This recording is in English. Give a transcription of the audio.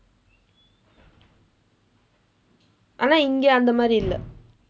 ஆனா இங்க அந்த மாதிரி இல்ல:aanaa ingka andtha maathiri illa